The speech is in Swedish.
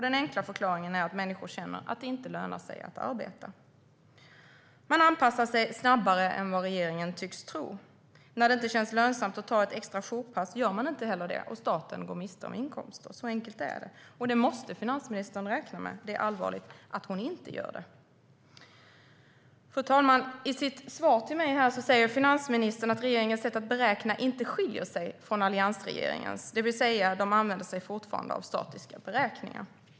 Den enkla förklaringen är att människor känner att det inte lönar sig att arbeta. Man anpassar sig snabbare än vad regeringen tycks tro. När det inte känns lönsamt att ta ett extra jourpass gör man heller inte det, och staten går miste om inkomster - så enkelt är det. Det måste finansministern räkna med. Det är allvarligt att hon inte gör det. Fru talman! I sitt svar till mig säger finansministern att regeringens sätt att beräkna inte skiljer sig från alliansregeringens, det vill säga att de fortfarande använder sig av statiska beräkningar.